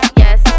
yes